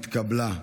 נתקבלה.